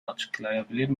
açıklayabilir